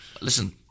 Listen